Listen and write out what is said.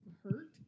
Hurt